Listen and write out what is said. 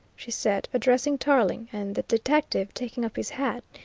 she said, addressing tarling, and the detective, taking up his hat,